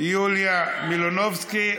יוליה מלינובסקי,